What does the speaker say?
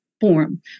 form